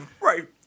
right